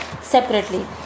separately